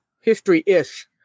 history-ish